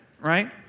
right